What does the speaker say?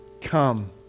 Come